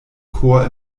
chor